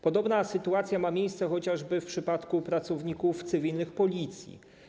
Podobna sytuacja ma miejsce chociażby w przypadku pracowników cywilnych Policji.